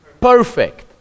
perfect